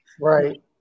right